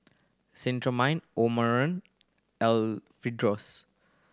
Cetrimide Omron